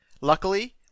luckily